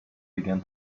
began